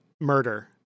murder